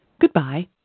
Goodbye